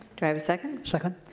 do i have a second. second.